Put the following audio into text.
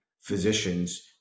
physicians